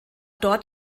dort